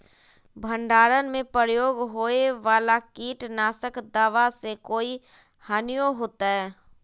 भंडारण में प्रयोग होए वाला किट नाशक दवा से कोई हानियों होतै?